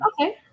Okay